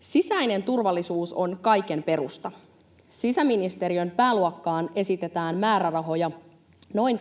Sisäinen turvallisuus on kaiken perusta. Sisäministeriön pääluokkaan esitetään määrärahoja noin